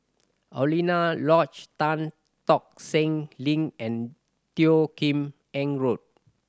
Alaunia Lodge Tan Tock Seng Link and Teo Kim Eng Road